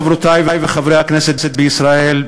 חברות וחברי הכנסת בישראל,